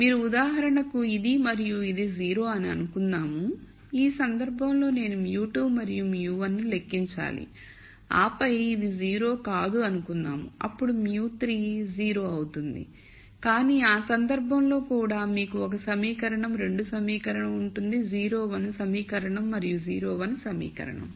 మీరు ఉదాహరణకు ఇది మరియు ఇది 0 అని అనుకోండి ఈ సందర్భంలో నేను μ2 మరియు μ1 ను లెక్కించాలి ఆపై ఇది 0 కాదు అనుకుందాం అప్పుడు μ3 0 అవుతుంది కాని ఆ సందర్భంలో కూడా మీకు 1 సమీకరణం 2 సమీకరణం ఉంటుంది 0 1 సమీకరణం మరియు 0 1 సమీకరణం